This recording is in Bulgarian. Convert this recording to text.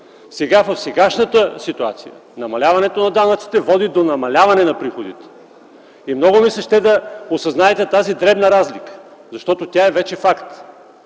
В сегашната ситуация намаляването на данъците води до намаляване на приходите. И много ми се ще да осъзнаете тази дребна разлика, защото тя е вече факт.